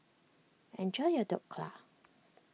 enjoy your Dhokla